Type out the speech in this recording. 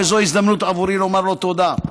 וזו הזדמנות עבורי לומר לו תודה.